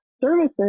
services